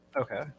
Okay